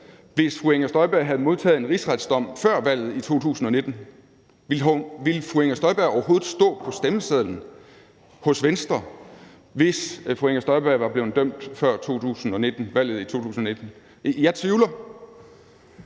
hvis fru Inger Støjberg havde modtaget en rigsretsdom før valget i 2019? Ville fru Inger Støjberg overhovedet stå på stemmesedlen hos Venstre, hvis fru Inger Støjberg var blevet dømt før valget i 2019? Jeg tvivler.